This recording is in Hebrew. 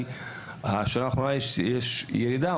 בשנה האחרונה יש ירידה,